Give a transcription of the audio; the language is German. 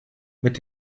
mit